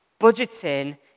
Budgeting